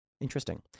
Interesting